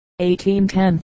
1810